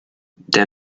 der